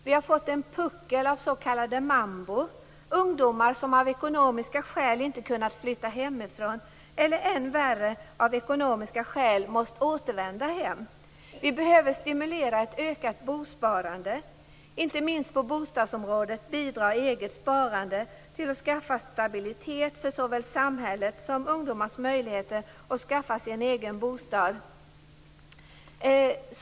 Vi har fått en puckel av s.k. mambor, ungdomar som av ekonomiska skäl inte har kunnat flytta hemifrån eller - än värre - av ekonomiska skäl måst återvända hem. Vi behöver stimulera ett ökat bosparande. Inte minst på bostadsområdet bidrar eget sparande till stabilitet såväl för samhället som för ungdomars möjligheter att skaffa egen bostad.